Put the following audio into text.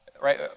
right